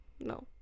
no